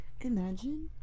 Imagine